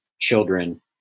children